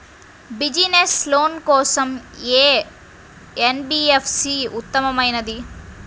Business loan కోసం ఏ NBFC ఉత్తమమైనది?